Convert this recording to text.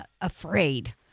afraid